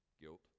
guilt